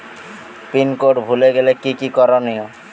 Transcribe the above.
Pin code ভুলে গেলে কি কি করনিয়?